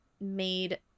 made